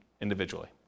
individually